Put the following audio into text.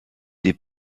des